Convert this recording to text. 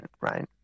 right